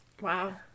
Wow